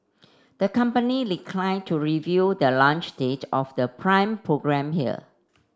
the company declined to review the launch date of the Prime program here